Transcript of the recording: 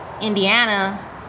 indiana